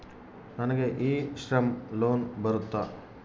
ನನಗೆ e Shram loan ಬರುತ್ತಾ?